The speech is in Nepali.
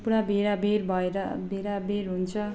पुरा भिडाभिड भएर भिडाभिड हुन्छ